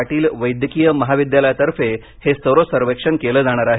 पाटील वैद्यकीय महाविद्यालयातर्फे हे सेरो सर्वेक्षण केलं जाणार आहे